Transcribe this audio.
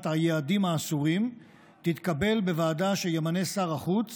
היעדים האסורים תתקבל בוועדה שימנה שר החוץ